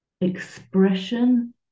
expression